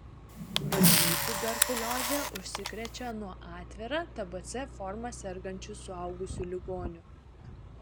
vaikai tuberkulioze užsikrečia nuo atvira tbc forma sergančių suaugusių ligonių